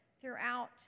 throughout